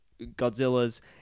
Godzilla's